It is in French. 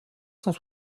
cent